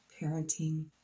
parenting